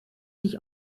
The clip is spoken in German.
sich